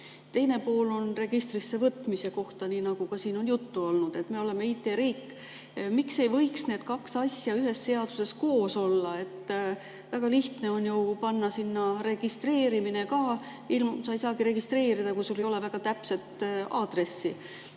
Teine pool on registrisse võtmise kohta, nii nagu ka siin on juttu olnud. Me oleme IT-riik. Miks ei võiks need kaks asja ühes seaduses koos olla? Väga lihtne on ju panna sinna ka registreerimine, nii et sa ei saagi registreerida, kui sul ei ole väga täpset aadressi.